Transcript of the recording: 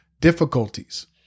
difficulties